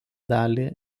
dalį